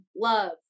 love